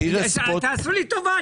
רגע, תעשו לי טובה.